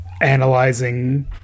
analyzing